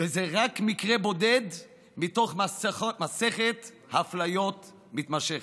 וזה רק מקרה בודד מתוך מסכת אפליות מתמשכת.